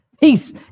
Peace